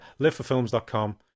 liveforfilms.com